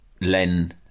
Len